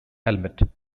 helmet